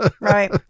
right